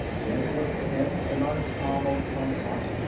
ten enlisted men, a non-com of some sort,